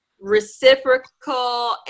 reciprocal